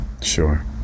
Sure